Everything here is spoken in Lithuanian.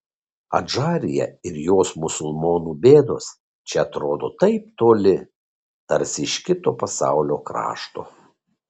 adžarija ir jos musulmonų bėdos čia atrodo taip toli tarsi iš kito pasaulio krašto